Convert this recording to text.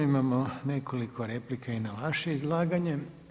Imamo nekoliko replika i na vaše izlaganje.